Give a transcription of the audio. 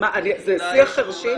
זה שיח חירשים?